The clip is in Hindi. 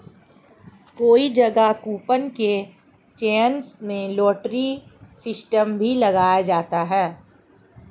कई जगह कूपन के चयन में लॉटरी सिस्टम भी लगाया जाता है